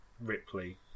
Ripley